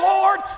Lord